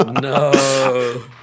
no